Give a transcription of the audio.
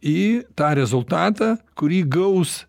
į tą rezultatą kurį gaus